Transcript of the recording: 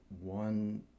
one